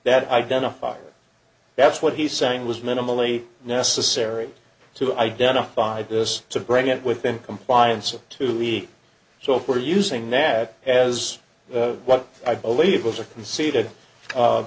that identified that's what he's saying was minimally necessary to identify this to bring it within compliance or to leave so for using nat as what i believe was a conceited